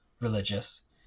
religious